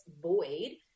void